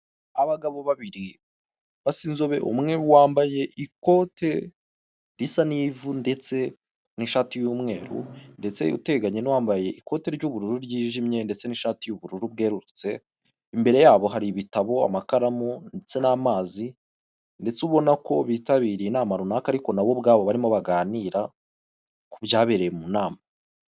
Abagabo babiri basa inzobe umwe wambaye ikote risa n'ivu ndetse n'ishati y'umweru, ndetse uteganye n'uwambaye ikote ry'ubururu ryijimye ndetse n'ishati y'ubururu bwerurutse, imbere yabo hari ibitabo amakaramu ndetse n'amazi, ndetse ubona ko bitabiriye inama runaka ariko nabo ubwabo barimo baganira ku byabereye mu nama.